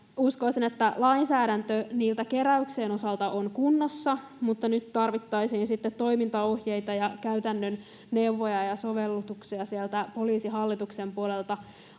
Uskoisin, että lainsäädäntö keräyksen osalta on kunnossa, mutta nyt tarvittaisiin sitten toimintaohjeita ja käytännön neuvoja ja sovellutuksia sieltä Poliisihallituksen puolelta.